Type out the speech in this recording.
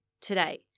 today